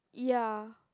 ya